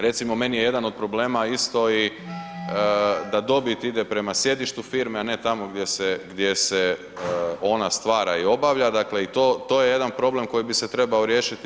Recimo, meni je jedan od problema isto i da dobit ide prema sjedištu firme, a ne tamo gdje se ona stvara i obavlja, dakle, i to je jedan problem koji bi se trebao riješiti.